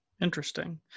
Interesting